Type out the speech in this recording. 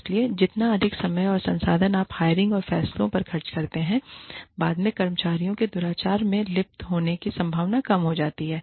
इसलिए जितना अधिक समय और संसाधन आप हायरिंग के फैसलों पर खर्च करते हैं बाद में कर्मचारियों के दुराचार में लिप्त होने की संभावना कम होती है